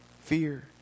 fear